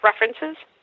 references